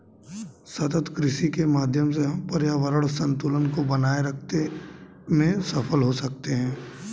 सतत कृषि के माध्यम से हम पर्यावरण संतुलन को बनाए रखते में सफल हो सकते हैं